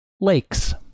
lakes